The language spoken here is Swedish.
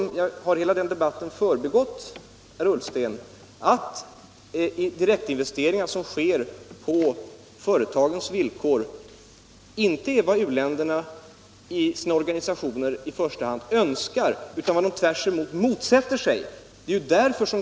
Har hela den debatten undgått herr Ullsten, att direktinvesteringar som sker på företagens villkor inte är vad u-länderna i internationella och andra organisationer i första hand önskar utan vad de tvärtom motsätter sig?